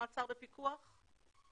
למעצר בפיקוח?